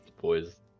boys